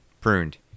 pruned